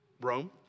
Rome